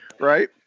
right